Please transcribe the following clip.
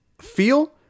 feel